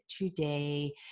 today